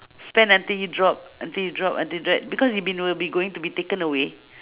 spend until you drop until you drop until drop because it been will be going to taken away